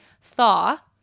thaw